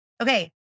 Okay